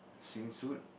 swimming suit